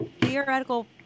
Theoretical